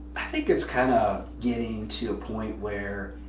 i think it's kind of getting to a point where.